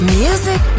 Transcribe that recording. music